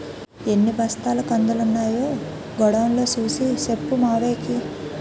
ఎన్ని బస్తాల కందులున్నాయో గొడౌన్ లో సూసి సెప్పు మావయ్యకి